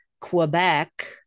Quebec